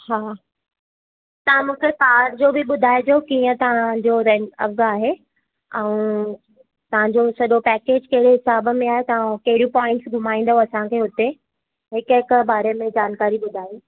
छा तव्हां मूंखे कार जो बि ॿुधाइजो कीअं तव्हां जो रेंट अघु आहे ऐं तव्हां जो सॼो पैकेज कहिड़े हिसाब में आहे तव्हां हू कहिड़ियूं पॉइंट्स घुमाईंदव असांखे हुते हिक हिक बारे में जानकारी ॿुधायो